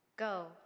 Go